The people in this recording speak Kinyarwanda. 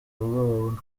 ubwoba